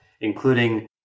including